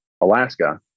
Alaska